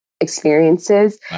experiences